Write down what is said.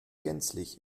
gänzlich